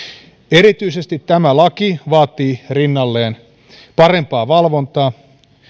erityisesti tämä laki vaatii rinnalleen parempaa valvontaa